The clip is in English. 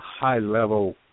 high-level